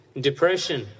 depression